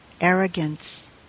arrogance